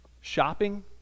shopping